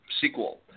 sequel